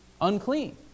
unclean